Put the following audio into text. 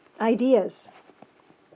ideas